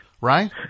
right